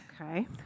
Okay